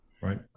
Right